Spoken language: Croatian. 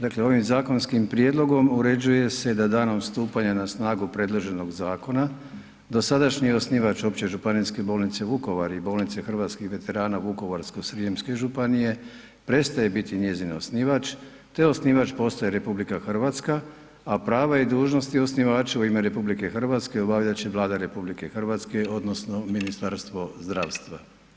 Dakle ovim zakonskim prijedlogom uređuje se da danom stupanja na snagu predloženog zakona, dosadašnji osnivač Opće županijske bolnice Vukovar i bolnice hrvatskih veterana Vukovarsko-srijemske županije prestaje biti njezin osnivač te osnivač postaje RH, a prava i dužnosti osnivača u ime RH obavljat će Vlada RH odnosno Ministarstvo zdravstva.